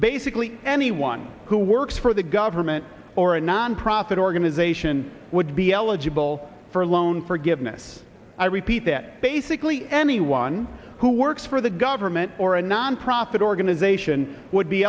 basically anyone who works for the government or a nonprofit organization would be eligible for a loan forgiveness i repeat that basically anyone who works for the government or a nonprofit organization would be